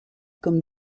comme